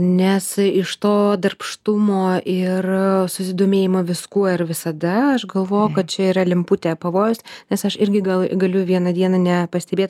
nes iš to darbštumo ir susidomėjimo viskuo ir visada aš galvoju kad čia yra lemputė pavojaus nes aš irgi gal galiu vieną dieną nepastebėt